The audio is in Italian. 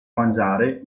mangiare